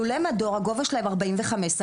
לולי מדור, הגובה שלהם הוא 45 סנטימטרים.